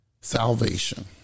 salvation